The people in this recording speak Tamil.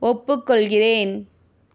ஒப்புக்கொள்கிறேன்